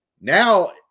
Now